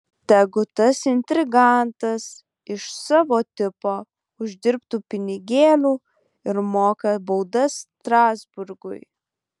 tegu tas intrigantas iš savo tipo uždirbtų pinigėlių ir moka baudas strasburgui